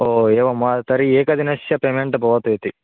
हो एवं वा तर्हि एक दिनस्य पेमेण्ट् भवतु इति